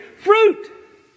fruit